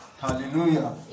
Hallelujah